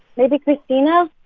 maybe christina?